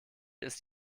ist